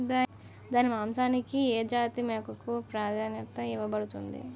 దాని మాంసానికి ఏ జాతి మేకకు ప్రాధాన్యత ఇవ్వబడుతుంది?